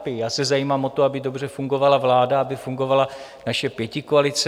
Já se zajímám o to, aby dobře fungovala vláda, aby fungovala naše pětikoalice.